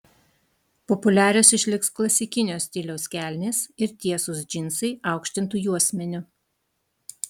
populiarios išliks klasikinio stiliaus kelnės ir tiesūs džinsai aukštintu juosmeniu